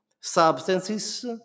Substances